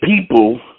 people –